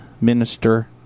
minister